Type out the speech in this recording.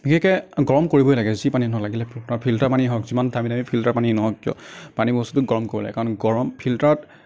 বিশেষকৈ গৰম কৰিবই লাগে যি পানী নহওঁক লাগিলে ফিল্টাৰ পানী হওঁক যিমান দামী দামী ফিল্টাৰ পানী হওঁক পানী বস্তুটো গৰম কৰিব লাগে কাৰণ গৰম ফিল্টাৰত